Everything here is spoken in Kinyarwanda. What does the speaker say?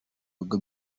bigo